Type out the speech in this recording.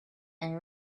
and